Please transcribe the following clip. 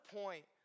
point